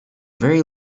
very